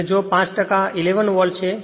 અને જો 5 ટકા 11 વોલ્ટ છે